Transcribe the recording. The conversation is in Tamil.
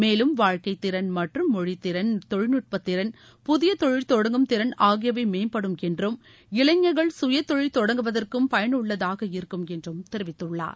மேலும் வாழ்க்கைத் திறன் மற்றும் மொழித்திறன் தொழில்நுட்பத் திறன் புதிய தொழில் தொடங்கும் திறன் ஆகியவை மேம்படும் என்றும் இளைஞர்கள் கயத்தொழில் தொடங்குவதற்கும் பயனுள்ளதாக இருக்கும் என்று தெரிவித்துள்ளார்